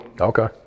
Okay